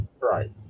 right